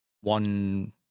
one